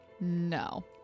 No